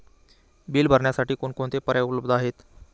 Bill भरण्यासाठी कोणकोणते पर्याय उपलब्ध आहेत?